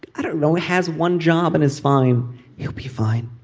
i don't know he has one job and is fine you'll be fine